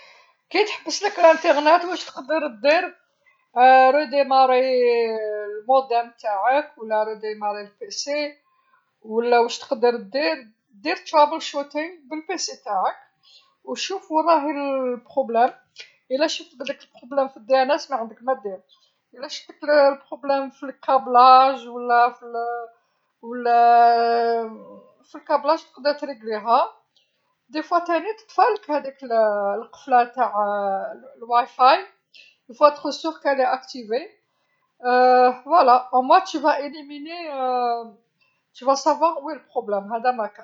كي تحبسلك الأنترنت واش تقدر دير، أعد تشغيل المودم تاعك، ولا أعد تشغيل الحاسوب، ولا واش تقدر دير، دير بالحاسوب تاعك وشوف وين راه المشكل، لا شفت بلي المشكل في الدي ان اس ما عندك مادير، لا شفت المشكل في الربط ولا ف ولا في الربط تقد. تريغليها، أحيانا تاني تطفالك هاديك ال- القفله تاع ال- الواي فاي، يجب أن تكون متأكدا أنها مشغلة، هكذا، على الأقل ستقلل ستعرف أين المشكل هذا ماكان.